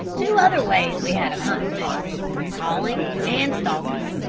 two other ways we had of hunting moose calling and stalking.